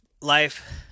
life